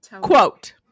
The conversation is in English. quote